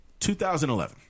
2011